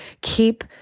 Keep